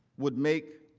would make